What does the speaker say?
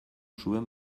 zuen